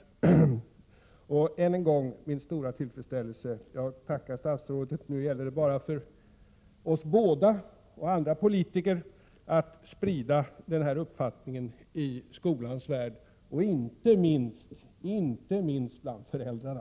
Än en gång uttalar jag min stora tillfredsställelse och tackar statsrådet. Nu gäller det bara för oss båda och för andra politiker att sprida den här uppfattningen i skolans värld och, inte minst, bland föräldrarna.